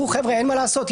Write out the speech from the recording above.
אין מה לעשות,